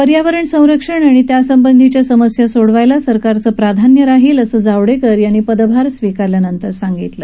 पर्यावरण संरक्षण आणि यासंबंधी समस्या सोडवायला सरकारचं प्राधान्य राहील असं जावडेकर यांनी पदभार स्वीकारल्यानंतर सांगितलं